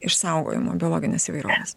išsaugojimo biologinės įvairovės